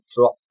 drop